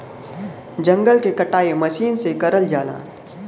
जंगल के कटाई मसीन से करल जाला